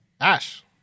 Ash